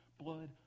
blood